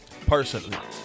personally